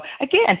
again